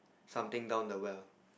something down the well